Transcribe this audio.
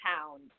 town